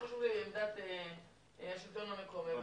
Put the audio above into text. חשובה לי עמדת השלטון המקומי.